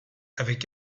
avec